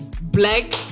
Black